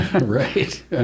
right